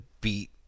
beat